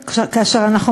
כנ"ל.